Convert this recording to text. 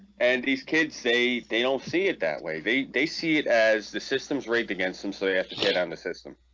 and these kids say they don't see it that way they they see it as the system's rigged against them, so they have to get on the system